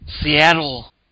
Seattle